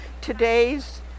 today's